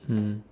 hmm